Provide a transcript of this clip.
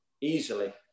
easily